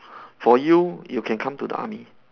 for you you can come to the army